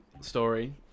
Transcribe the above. story